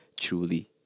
truly